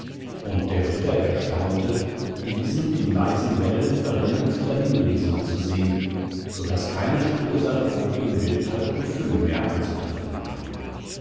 und der ritter erstaunte diesen in leisen wellen verrinnend dahinrieseln zu sehn so daß keine spur seiner vorigen wildheit und fülle mehr anzutreffen war